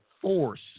force